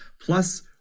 plus